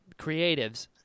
creatives